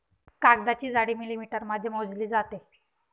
कागदाची जाडी मिलिमीटरमध्ये मोजली जाते